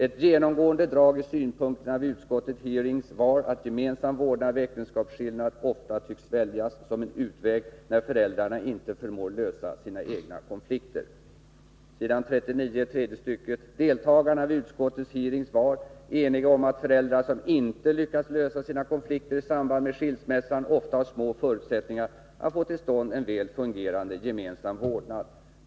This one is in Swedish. ——- Ett genomgående drag i synpunkterna vid utskottets hearings var att gemensam vårdnad vid äktenskapsskillnad ofta tycks väljas som en utväg när föräldrarna inte förmår lösa sina egna konflikter. Deltagarna vid utskottets hearings var ——— eniga om att föräldrar som inte lyckats lösa sina konflikter i samband med skilsmässan oftast har små förutsättningar att få till stånd en väl fungerande gemensam vårdnad.